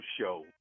show